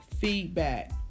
feedback